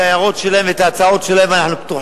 את ההערות שלהם ואת ההצעות,